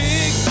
Big